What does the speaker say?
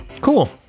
cool